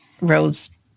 rose